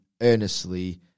earnestly